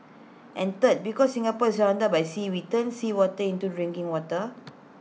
and third because Singapore is surrounded by sea we turn seawater into drinking water